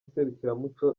serukiramuco